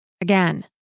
again